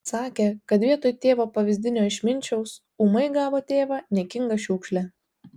sakė kad vietoj tėvo pavyzdinio išminčiaus ūmai gavo tėvą niekingą šiukšlę